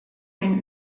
den